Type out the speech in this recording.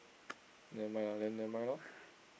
never mind ah then never mind loh